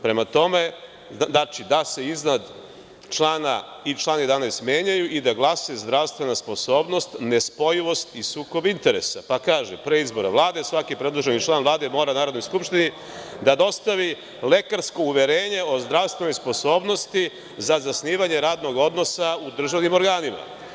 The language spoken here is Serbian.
Prema tome, znači da se iznad člana i član 11. menjaju i da glase – zdravstvena sposobnost, nespojivost i sukob interesa, pa kaže – pre izbora Vlade, svaki predloženi član Vlade mora Narodnoj skupštini da dostavi lekarsko uverenje o zdravstvenoj sposobnosti za zasnivanje radnog odnosa u državnim organima.